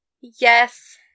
yes